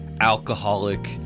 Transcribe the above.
alcoholic